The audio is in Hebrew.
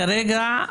כרגע,